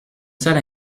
salle